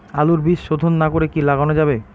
আলুর বীজ শোধন না করে কি লাগানো যাবে?